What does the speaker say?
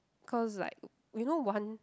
cause like uh you know one